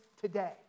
today